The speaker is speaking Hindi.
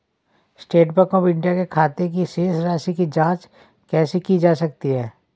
स्टेट बैंक ऑफ इंडिया के खाते की शेष राशि की जॉंच कैसे की जा सकती है?